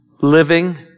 living